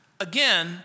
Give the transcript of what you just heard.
Again